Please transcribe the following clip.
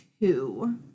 two